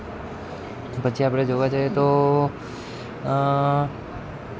પછી આપણે જોવા જઈએ તો